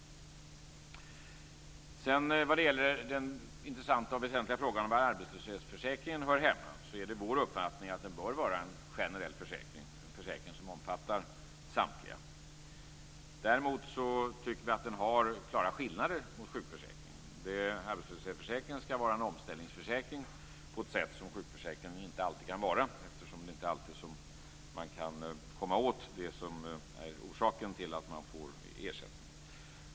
Sedan har vi den intressanta och väsentliga frågan om var arbetslöshetsförsäkringen hör hemma. Det är vår uppfattning att den bör vara en generell försäkring, en försäkring som omfattar samtliga. Däremot tycker vi att den har klara skillnader mot sjukförsäkringen. Arbetslöshetsförsäkringen ska vara en omställningsförsäkring på ett sätt som sjukförsäkringen inte alltid kan vara eftersom man inte alltid kan komma åt det som är orsaken till att man får ersättning.